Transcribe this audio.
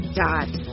dot